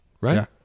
right